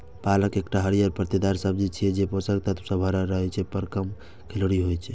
पालक एकटा हरियर पत्तेदार सब्जी छियै, जे पोषक तत्व सं भरल रहै छै, पर कम कैलोरी होइ छै